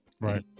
Right